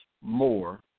more